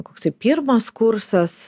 koksai pirmas kursas